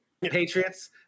Patriots